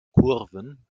kurven